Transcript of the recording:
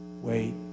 Wait